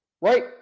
right